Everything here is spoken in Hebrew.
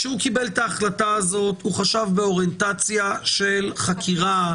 כשהוא קיבל את ההחלטה הזאת הוא חשב באוריינטציה של חקירה?